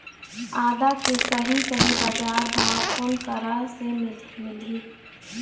आदा के सही सही बजार भाव कोन करा से मिलही?